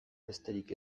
besterik